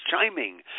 chiming